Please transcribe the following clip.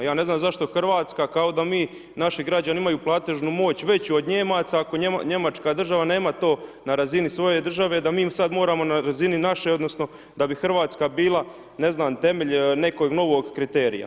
Ja ne znam zašto Hrvatska, kao da mi naši građani imaju platežnu moć veću od Nijemaca, ako njemačka država nema to na razini svoje države da mi sad moramo na razini naše odnosno da bi Hrvatska bila ne znam temelj nekog novog kriterija.